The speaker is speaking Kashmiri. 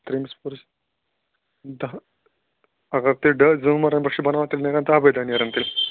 ترٛیٚیِمِس پوٚہرَس دَہ اگر تۄہہِ ڈا زٕ مَلرَن پٮ۪ٹھ چھِ بَناوُن تیٚلہ نیرَن دہ بَے دہ نیرن تیٚلہِ